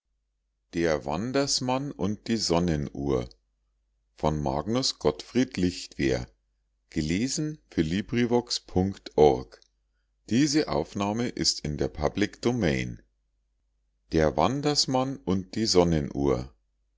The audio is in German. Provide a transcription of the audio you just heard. gottfried lichtwer der